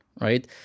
right